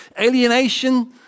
alienation